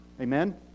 Amen